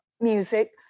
music